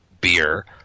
beer